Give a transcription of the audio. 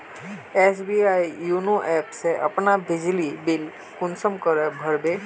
SBI YONO app से अपना बिजली बिल कुंसम करे भर बो?